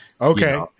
Okay